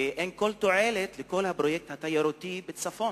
ואין כל תועלת לכל הפרויקט התיירותי בצפון,